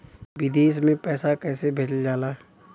विदेश में पैसा कैसे भेजल जाला?